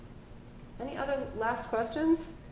any other last questions?